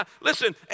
Listen